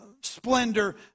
splendor